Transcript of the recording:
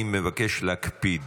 אני מבקש להקפיד.